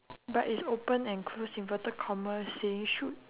but it's open and close inverted commas saying shoot